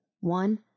One